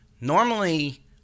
normally